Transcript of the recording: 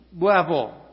level